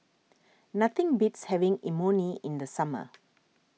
nothing beats having Imoni in the summer